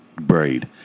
braid